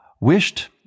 wished